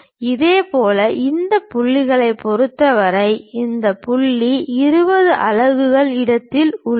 இதேபோல் அந்த புள்ளியைப் பொறுத்தவரை இந்த புள்ளி 20 அலகுகள் இடத்தில் உள்ளது